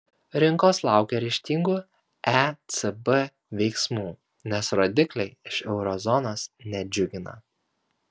rinkos laukia ryžtingų ecb veiksmų nes rodikliai iš euro zonos nedžiugina